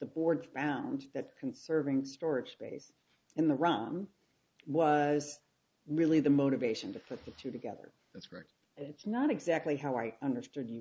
the board found that conserving storage space in the run was really the motivation to put the two together that's correct it's not exactly how i understood you